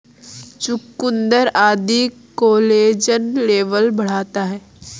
चुकुन्दर आदि collagen level बढ़ाता है